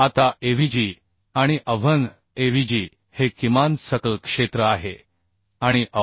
आता AVg आणि AVn Avg हे किमान सकल क्षेत्र आहे आणि AV